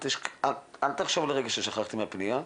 אל תחשוב לרגע ששכחתי מהפנייה,